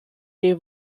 des